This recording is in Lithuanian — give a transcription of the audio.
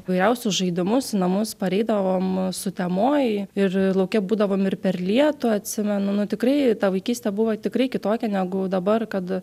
įvairiausius žaidimus į namus pareidavom sutemoj ir lauke būdavom ir per lietų atsimenu nu tikrai ta vaikystė buvo tikrai kitokia negu dabar kad